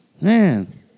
Man